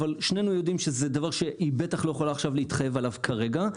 אבל שנינו יודעים שזה לא דבר שהיא יכולה להתחייב עליו כרגע.